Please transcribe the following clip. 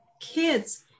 kids